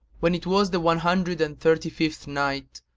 when it was the one hundred and thirty-fifth night,